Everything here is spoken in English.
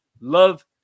love